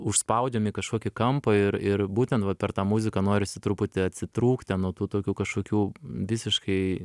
užspaudžiam į kažkokį kampą ir ir būtent per tą muziką norisi truputį atsitrūkt ten nuo tų tokių kažkokių visiškai